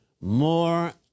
more